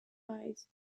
eyes